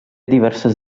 diverses